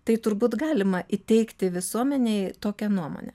tai turbūt galima įteigti visuomenei tokia nuomonę